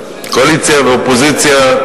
קואליציה ואופוזיציה,